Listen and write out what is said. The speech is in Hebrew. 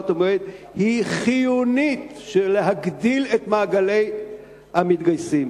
ומועד חיונית להגדלת מעגלי המתגייסים.